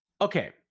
okay